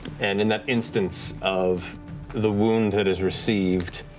and in that instance of the wound that is received,